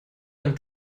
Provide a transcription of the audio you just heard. ein